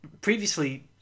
previously